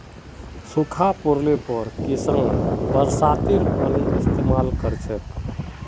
सूखा पोड़ले पर किसान बरसातेर पानीर इस्तेमाल कर छेक